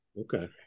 Okay